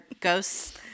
ghosts